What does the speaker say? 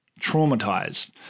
traumatized